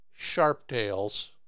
sharptails